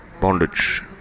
bondage